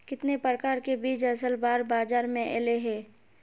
कितने प्रकार के बीज असल बार बाजार में ऐले है?